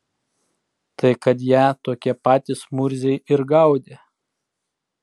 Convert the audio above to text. tai kad ją tokie patys murziai ir gaudė